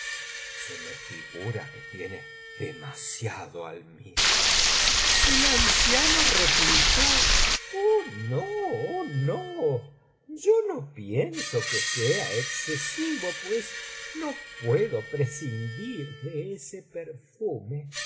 se me figura que tiene demasiado almizcle el anciano replicó oh no oh no yo no pienso que sea excesivo pues no puedo prescindir de ese perfume